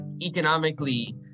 economically